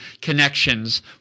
connections